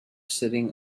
sitting